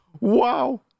wow